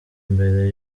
mbere